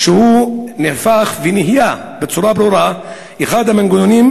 שנהפך ונהיה בצורה ברורה אחד המנגנונים